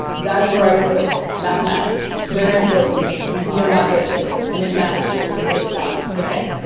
that's where i would put it. mathematics is very important. we are not good at it. and it matters for kids lives. ok.